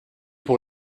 pour